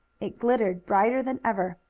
it glittered brighter than ever.